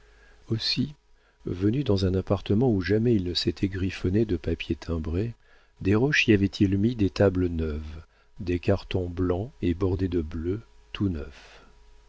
aussi venu dans un appartement où jamais il ne s'était griffonné de papiers timbrés desroches y avait-il mis des tables neuves des cartons blancs et bordés de bleu tout neufs